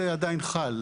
זה עדיין חל,